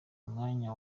mwanya